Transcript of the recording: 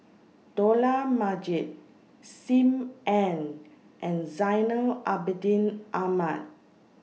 Dollah Majid SIM Ann and Zainal Abidin Ahmad